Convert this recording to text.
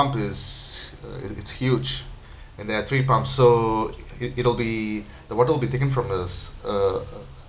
is uh it's huge and there are three pumps so it it'll be the water will be taken from uh s~ uh